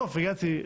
בסוף הגעתי,